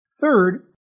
Third